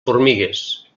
formigues